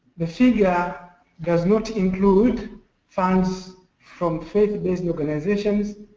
the figure does not include funds from faith-based organizations